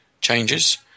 changes